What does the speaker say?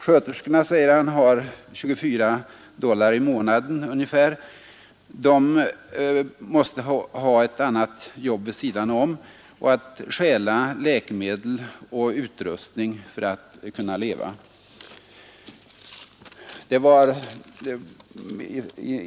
Sköterskorna har ungefär 24 dollar i månaden, varför de måste ha andra inkomster vid sidan om och stjäla läkemedel och utrustning för att kunna leva.